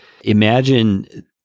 imagine